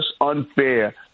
unfair